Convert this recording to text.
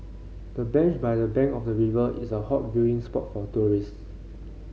the bench by the bank of the river is a hot viewing spot for tourists